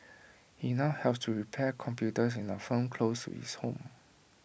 he now helps to repair computers in A firm close to his home